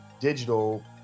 digital